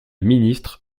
ministre